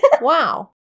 Wow